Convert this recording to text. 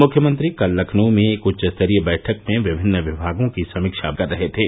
मुख्यमंत्री कल लखनऊ में एक उच्चस्तरीय बैठक में विमिन्न विमागों की समीक्षा कर रहे थे